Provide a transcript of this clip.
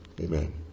amen